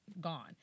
gone